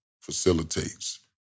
facilitates